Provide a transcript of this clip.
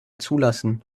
zulassen